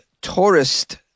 tourist